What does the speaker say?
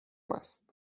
است